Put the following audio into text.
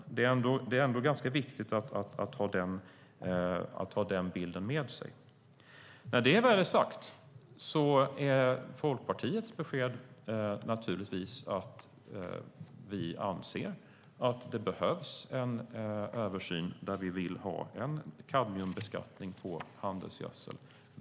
Det är ganska viktigt att ha den bilden med sig. När det väl är sagt är Folkpartiets besked naturligtvis att vi anser att det behövs en översyn. Vi vill ha en kadmiumskatt på handelsgödsel.